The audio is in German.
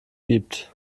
gibt